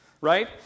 right